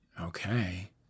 Okay